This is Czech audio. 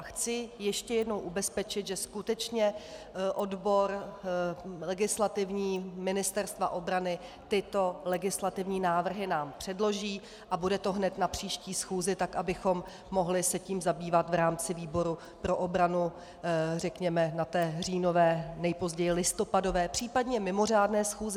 Chci ještě jednou ubezpečit, že nám skutečně legislativní odbor Ministerstva obrany tyto legislativní návrhy předloží a bude to hned na příští schůzi, abychom se tím mohli zabývat v rámci výboru pro obranu, řekněme, na říjnové, nejpozději listopadové, případně mimořádné schůzi.